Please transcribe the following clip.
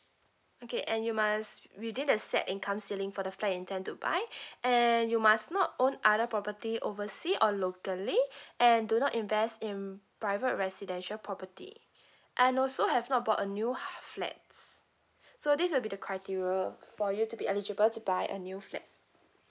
okay and you must within the set income ceiling for the flat you intend to buy and you must not own other property oversea or locally and do not invest in private residential property and also have not bought a new flat so this will be the criteria for you to be eligible to buy a new flat